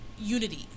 unity